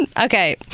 okay